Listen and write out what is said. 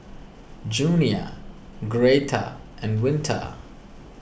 Junia Greta and Winter